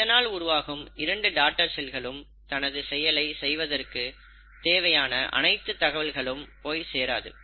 இதனால் உருவாகும் 2 டாடர் செல்களுக்கு தனது செயலை செய்வதற்கு தேவையான அனைத்து தகவல்களும் போய் சேராது